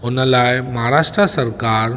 हुन लाइ महाराष्ट्र सरकारि